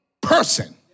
person